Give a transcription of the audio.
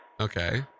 Okay